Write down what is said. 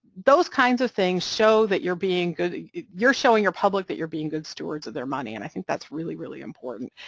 those kinds of things show that you're being good, you're showing your public that you're being good stewards of their money and i think that's really, really important,